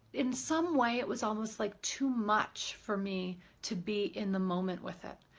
in some way it was almost like too much for me to be in the moment with it.